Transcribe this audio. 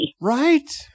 Right